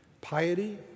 Piety